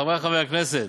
חברי חברי הכנסת,